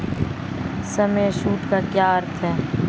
सम assured का क्या अर्थ है?